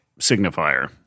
signifier